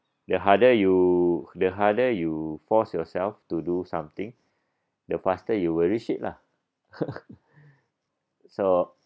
the harder you the harder you force yourself to do something the faster you will reshape lah so